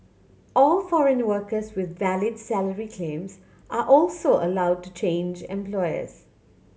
all foreign workers with valid salary claims are also allowed to change employers